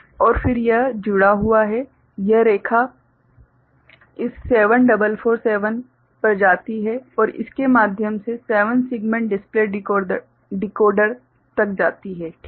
और फिर यह जुड़ा हुआ है यह रेखा इस 7447 पर जाती है और इसके माध्यम से 7 सेगमेंट डिस्प्ले डिकोडर तक जाती है ठीक है